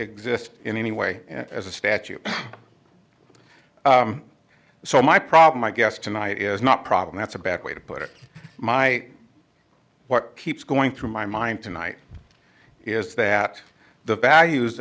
exist in any way as a statute so my problem i guess tonight is not problem that's a bad way to put it my what keeps going through my mind tonight is that the values